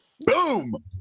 Boom